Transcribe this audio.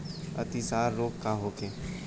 अतिसार रोग का होखे?